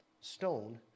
stone